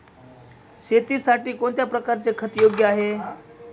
शेतीसाठी कोणत्या प्रकारचे खत योग्य आहे?